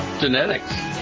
genetics